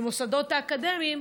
במוסדות האקדמיים,